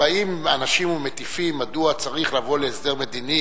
שבא ואומר שבאים אנשים ומטיפים מדוע צריך לבוא להסדר מדיני,